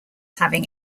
having